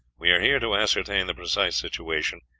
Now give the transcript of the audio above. we are here to ascertain the precise situation,